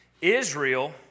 Israel